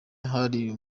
hari